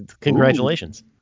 Congratulations